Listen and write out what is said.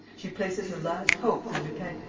she places her last hopes in lupin!